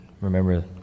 remember